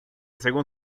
según